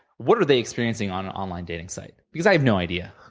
what are they experiencing on online dating site, because i have no idea.